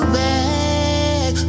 back